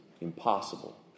impossible